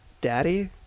Daddy